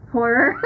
Horror